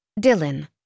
Dylan